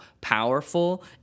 powerful